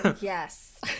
Yes